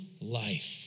life